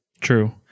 True